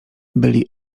byli